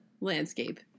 landscape